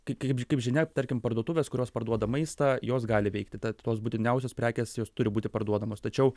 kaip kaip žinia tarkim parduotuvės kurios parduoda maistą jos gali veikti tad tos būtiniausios prekės jos turi būti parduodamos tačiau